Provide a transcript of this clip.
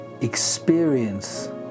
experience